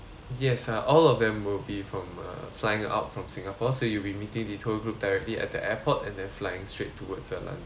yes uh all of them will be from uh flying out from singapore so you'll be meeting the tour group directly at the airport and then flying straight towards uh london